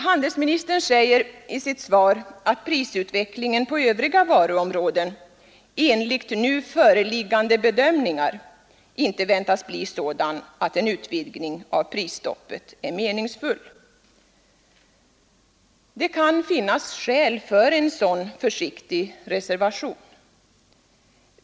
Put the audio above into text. Handelsministern säger i sitt svar att prisutvecklingen på övriga varuområden ”enligt nu föreliggande bedömningar” inte väntas bli sådan att en utvidgning av prisstoppet är meningsfull. Det kan finnas skäl för en sådan försiktig reservation.